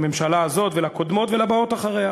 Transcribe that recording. לממשלה הזאת ולקודמות ולבאות אחריה,